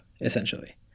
essentially